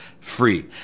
free